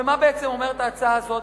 ומה בעצם אומרת ההצעה הזאת?